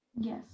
Yes